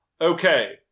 Okay